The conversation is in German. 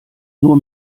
nur